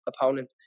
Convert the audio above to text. opponent